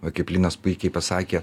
va kaip linas puikiai pasakė